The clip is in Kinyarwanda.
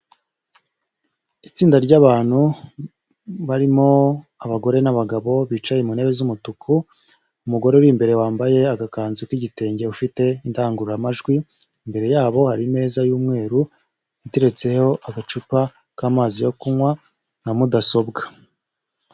Itsinda ry'abantu barimo abagore n'abagabo bicaye mu ntebe z'umutuku, umugore uri imbere wambaye agakanzu k'igitenge, ufite indangururamajwi, imbere yabo hari imeza y'umweru iteretseho agacupa k'amazi yo kunywa na mudasobwa.